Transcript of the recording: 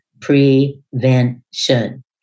prevention